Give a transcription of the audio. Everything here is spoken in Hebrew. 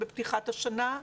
בפתיחת השנה,